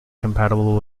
compatible